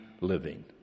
living